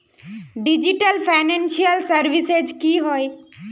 Digital financial services की होय?